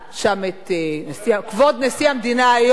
את כבוד נשיא המדינה היום,